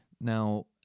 now